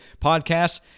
podcasts